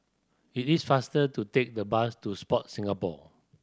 it is faster to take the bus to Sport Singapore